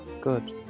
good